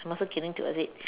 muscle killing towards it